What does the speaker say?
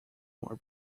more